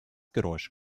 geräusch